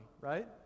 right